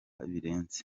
birenze